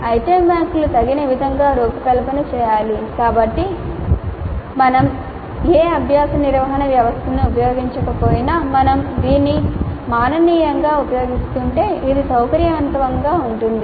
item బ్యాంకులు తగిన విధంగా రూపకల్పన చేయాలి కాబట్టి మీరు ఏ అభ్యాస నిర్వహణ వ్యవస్థను ఉపయోగించకపోయినా మీరు దీన్ని మానవీయంగా ఉపయోగిస్తుంటే ఇది సౌకర్యవంతంగా ఉంటుంది